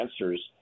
answers